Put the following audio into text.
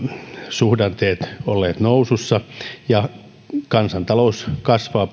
suhdanteet olleet nousussa ja kansantalous kasvaa